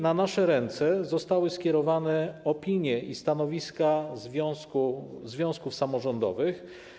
Na nasze ręce zostały skierowane opinie i stanowiska związków samorządowych.